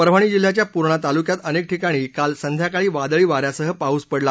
परभणी जिल्ह्याच्या पूर्णा तालुक्यात अनेक ठिकाणी काल संध्याकाळी वादळी वाऱ्यासह पाऊस पडला